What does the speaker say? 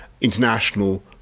international